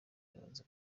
araza